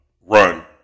run